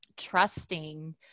trusting